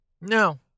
No